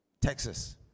Texas